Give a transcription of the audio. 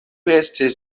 estis